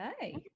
okay